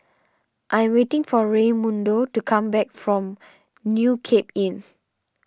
I am waiting for Raymundo to come back from New Cape Inn